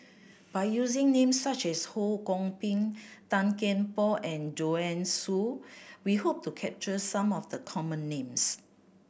by using names such as Ho Kwon Ping Tan Kian Por and Joanne Soo we hope to capture some of the common names